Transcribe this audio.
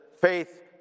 faith